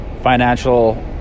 financial